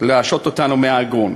להשעות אותנו מהארגון.